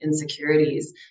Insecurities